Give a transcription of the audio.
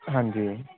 ਹਾਂਜੀ